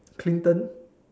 clinton